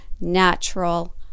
natural